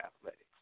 athletics